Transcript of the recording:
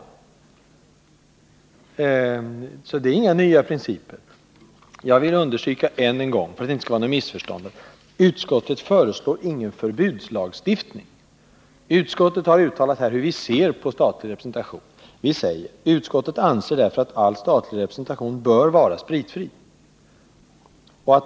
Det här är alltså inte några nya principer. Jag vill än en gång understryka: Utskottet föreslår ingen förbudslagstiftning. Utskottet har uttalat hur vi ser på statlig representation, och vi säger: ”Utskottet anser därför att all statlig representation bör vara spritfri.